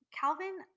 Calvin